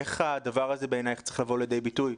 איך הדבר הזה בעיניך צריך לבוא לידי ביטוי?